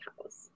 house